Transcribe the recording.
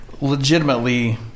legitimately